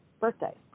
birthday